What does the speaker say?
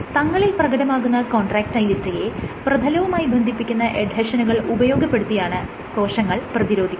തങ്ങളിൽ പ്രകടമാകുന്ന കോൺട്രാക്റ്റയിലിറ്റിയെ പ്രതലവുമായി ബന്ധിപ്പിക്കുന്ന എഡ്ഹെഷനുകൾ ഉപയോഗപ്പെടുത്തിയാണ് കോശങ്ങൾ പ്രതിരോധിക്കുന്നത്